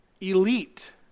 elite